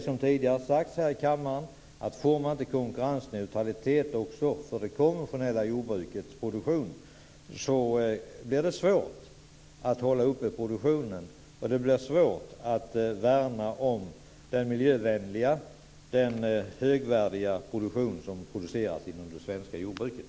Som tidigare har sagts här i kammaren är det så att om man inte får konkurrensneutralitet också för det konventionella jordbrukets produktion så blir det svårt att hålla den uppe. Det blir också svårt att värna den miljövänliga och högvärdiga produktion som finns inom det svenska jordbruket.